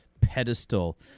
pedestal